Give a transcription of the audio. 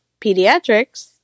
pediatrics